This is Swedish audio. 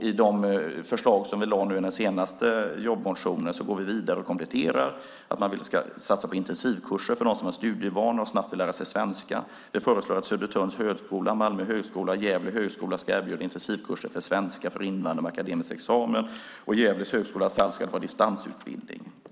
I de förslag som vi lade fram i den senaste jobbmotionen går vi vidare och kompletterar med att man ska satsa på intensivkurser för dem som har studievana och snabbt vill lära sig svenska. Vi föreslår att Södertörns högskola, Malmö högskola och Gävle högskola ska erbjuda intensivkurser i svenska för invandrare med akademisk examen. I Gävle högskolas fall ska det vara distansutbildning.